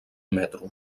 metro